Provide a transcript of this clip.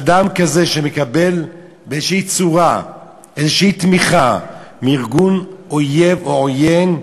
אדם כזה שמקבל באיזושהי צורה איזושהי תמיכה מארגון אויב או עוין,